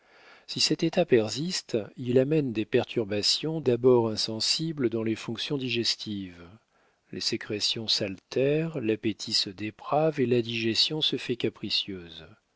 si cet état persiste il amène des perturbations d'abord insensibles dans les fonctions digestives les sécrétions s'altèrent l'appétit se déprave et la digestion se fait capricieuse